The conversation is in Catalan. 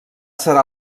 serà